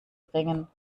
bringen